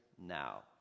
now